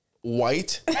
white